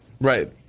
Right